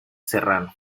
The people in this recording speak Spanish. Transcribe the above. serrano